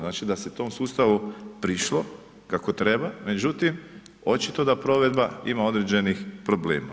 Znači da se tom sustavu prišlo kako treba, međutim očito da provedba ima određenih problema.